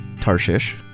Tarshish